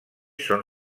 són